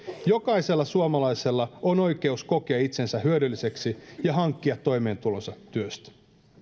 jokaisella suomalaisella on oikeus kokea itsensä hyödylliseksi ja hankkia toimeentulonsa työstä